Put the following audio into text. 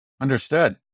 Understood